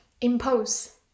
impose